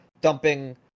dumping